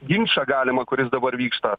ginčą galimą kuris dabar vyksta